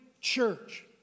church